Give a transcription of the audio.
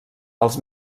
els